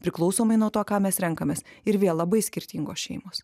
priklausomai nuo to ką mes renkamės ir vėl labai skirtingos šeimos